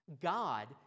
God